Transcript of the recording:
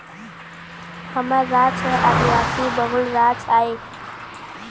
हमर राज ह आदिवासी बहुल राज आय